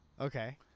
Okay